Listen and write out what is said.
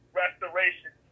restoration